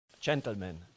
Gentlemen